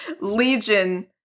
Legion